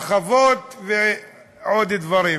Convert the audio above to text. הרחבות ועוד דברים,